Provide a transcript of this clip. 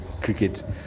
cricket